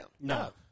No